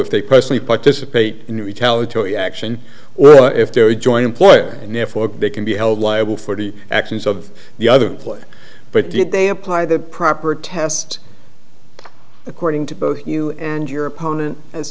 if they personally participate in retaliatory action well if they were joining play and therefore they can be held liable for the actions of the other player but did they apply the proper test according to both you and your opponent as